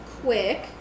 quick